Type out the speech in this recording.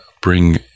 bring